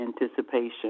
anticipation